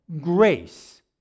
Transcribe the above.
grace